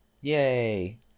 Yay